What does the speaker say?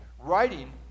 Writing